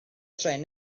trên